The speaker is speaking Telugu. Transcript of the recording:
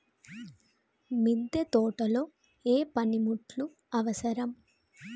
మిద్దె తోటలో ఏ పనిముట్లు అవసరం?